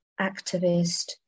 activist